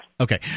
Okay